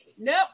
nope